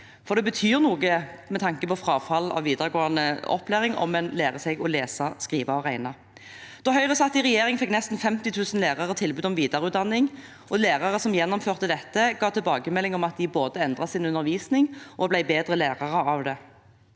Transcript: for det betyr noe med tanke på frafall i videregående opplæring om man lærer seg å lese, skrive og regne. Da Høyre satt i regjering, fikk nesten 50 000 lærere tilbud om videreutdanning. Lærere som gjennomførte dette, ga tilbakemelding om at de både endret sin undervisning og ble bedre lærere av det.